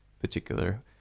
particular